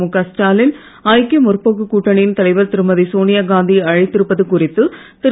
முக ஸ்டாலின் ஐக்கிய முற்போக்கு கூட்டணியின் தலைவர் திருமதி சோனியாகாந்தியை அழைத்திருப்பது குறித்து திரு